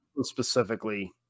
specifically